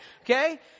okay